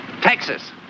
Texas